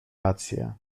rację